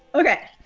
ok.